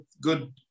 good